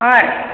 ಹಾಂ